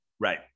Right